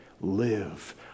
live